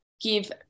give